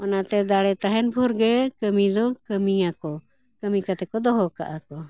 ᱚᱱᱟᱛᱮ ᱫᱟᱲᱮ ᱛᱟᱦᱮᱱ ᱵᱷᱳᱨ ᱜᱮ ᱠᱟᱹᱢᱤ ᱫᱚ ᱠᱟᱹᱢᱤᱭᱟᱠᱚ ᱠᱟᱹᱢᱤ ᱠᱟᱛᱮ ᱠᱚ ᱫᱚᱦᱚ ᱠᱟᱜᱼᱟ ᱠᱚ